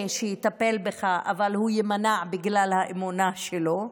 שיטפל בך אבל הוא יימנע בגלל האמונה שלו.